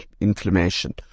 inflammation